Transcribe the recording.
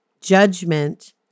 judgment